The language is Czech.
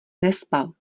nespal